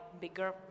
bigger